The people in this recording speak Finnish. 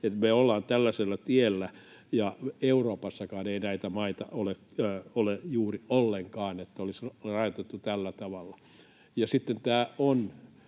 Me ollaan tällaisella tiellä, ja Euroopassakaan ei näitä maita ole juuri ollenkaan, joissa olisi rajoitettu tällä tavalla. Ja sitten tämä on